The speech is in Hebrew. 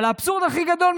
אבל האבסורד הכי גדול,